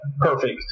perfect